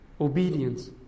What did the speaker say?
Obedience